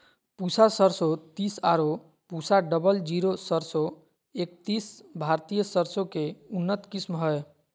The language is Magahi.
पूसा सरसों तीस आरो पूसा डबल जीरो सरसों एकतीस भारतीय सरसों के उन्नत किस्म हय